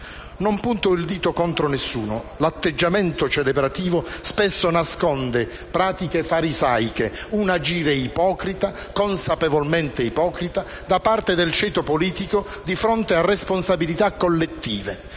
Non punto il dito contro nessuno. L'atteggiamento celebrativo spesso nasconde pratiche farisaiche, un agire consapevolmente ipocrita da parte del ceto politico di fronte a responsabilità collettive,